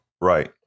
Right